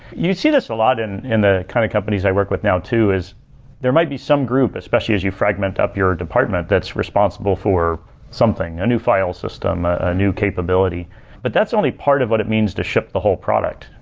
you see this a lot in in the kind of companies i work with now too is there might be some group, especially as you fragment up your department that's responsible for something a new file system, a new capability but that's only part of what it means to ship the whole product.